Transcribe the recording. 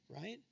right